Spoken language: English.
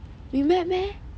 we met meh